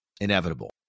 inevitable